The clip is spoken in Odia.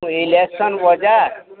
ଇଲେକ୍ସନ୍ ବଜାର